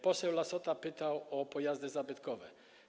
Poseł Lassota pytał o pojazdy zabytkowe.